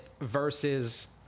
versus